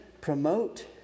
promote